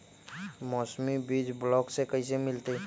मौसमी बीज ब्लॉक से कैसे मिलताई?